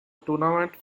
tournament